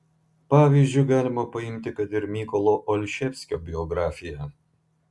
pavyzdžiu galima paimti kad ir mykolo olševskio biografiją